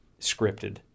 scripted